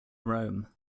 rome